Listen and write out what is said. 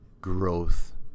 growth